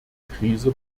krise